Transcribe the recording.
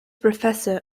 professor